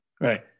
Right